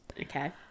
Okay